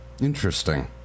Interesting